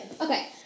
Okay